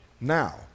now